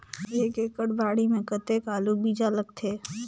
एक एकड़ बाड़ी मे कतेक आलू बीजा लगथे?